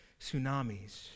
tsunamis